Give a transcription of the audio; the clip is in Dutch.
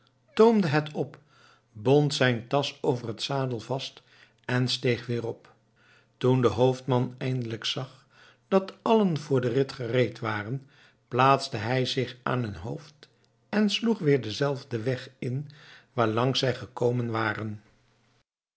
toomde het op bond zijn tasch over t zadel vast en steeg weer op toen de hoofdman eindelijk zag dat allen voor den rit gereed waren plaatste hij zich aan hun hoofd en sloeg weer denzelfden weg in waarlangs zij gekomen waren